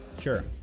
Sure